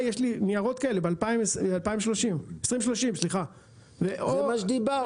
יש לי ניירות כאלה על 2030. זה מה שדיברנו,